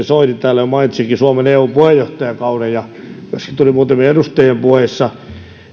soini täällä jo mainitsikin suomen eu puheenjohtajakauden se tuli myöskin muutamien edustajien puheissa